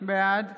בעד